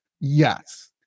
Yes